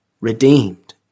redeemed